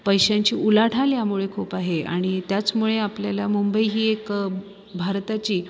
पैशांची उलाढाल ह्यामुळे खूप आहे आणि त्याचमुळे आपल्याला मुंबई ही एक भारताची